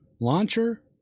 launcher